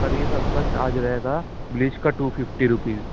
اور یہ سب کا چارج رہے گا بلیچ کا ٹو ففٹی روپیز